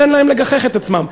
תן להם לגחך את עצמם,